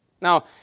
Now